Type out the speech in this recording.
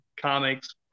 comics